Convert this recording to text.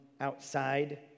outside